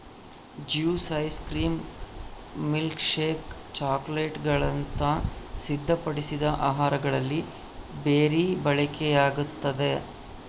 juice ice cream milkshake ಚಾಕೊಲೇಟ್ಗುಳಂತ ಸಿದ್ಧಪಡಿಸಿದ ಆಹಾರಗಳಲ್ಲಿ ಬೆರಿ ಬಳಕೆಯಾಗ್ತದ